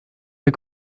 der